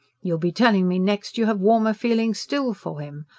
you'll be telling me next you have warmer feelings still for him!